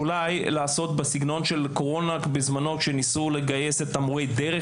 אולי לעשות בסגנון של קורונה כשניסו לגייס את מורי הדרך